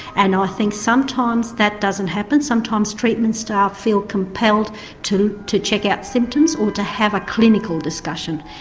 and i think sometimes that doesn't happen, sometimes treatment staff feel compelled to to check out symptoms or to have a clinical discussion.